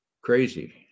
crazy